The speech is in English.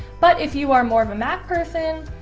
but if you are more of a mac person